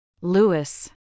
Lewis